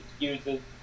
excuses